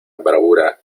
bravura